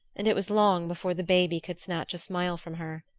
and it was long before the baby could snatch a smile from her.